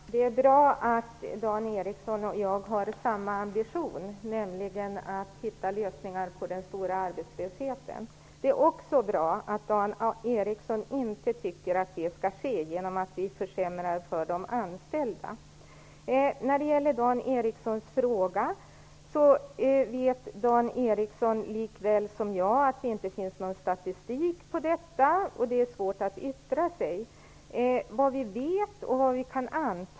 Herr talman! Det är bra att Dan Ericsson och jag har samma ambition, nämligen att hitta lösningar på problemet med den stora arbetslösheten. Det är också bra att Dan Ericsson inte tycker att det skall ske genom att vi försämrar för de anställda. Dan Ericsson vet lika väl som jag att det inte finns någon statistik på det han frågade om. Det är svårt att yttra sig.